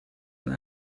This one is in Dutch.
een